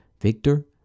Victor